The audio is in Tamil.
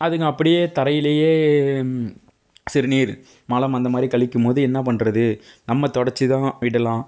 அதுங்க அப்படியே தரையிலேயே சிறுநீர் மலம் அந்தமாதிரி கழிக்கும் போது என்ன பண்ணுறது நம்ம தொடைச்சி தான் விடலாம்